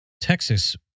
Texas